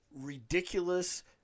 Ridiculous